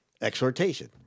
Exhortation